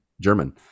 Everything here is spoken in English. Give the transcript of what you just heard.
German